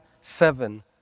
seven